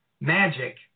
magic